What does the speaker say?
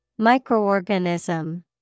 Microorganism